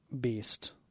Beast